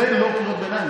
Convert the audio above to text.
זו לא קריאות ביניים,